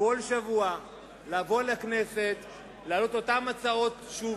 לבוא כל שבוע לכנסת, להעלות את אותן הצעות שוב.